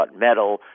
metal